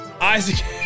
Isaac